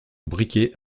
briquet